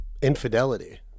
Infidelity